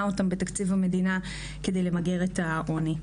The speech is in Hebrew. אותם בתקציב המדינה כדי למגר את העוני.